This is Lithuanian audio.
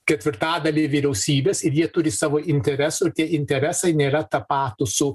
ketvirtadalį vyriausybės ir jie turi savo interesų ir tie interesai nėra tapatūs su